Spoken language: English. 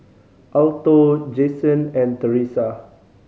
Alto Jasen and Thresa